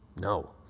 No